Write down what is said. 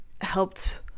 helped